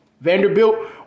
Vanderbilt